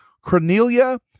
Cornelia